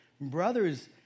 Brothers